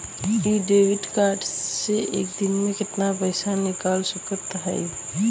इ debit card से एक दिन मे कितना पैसा निकाल सकत हई?